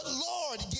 Lord